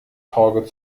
torge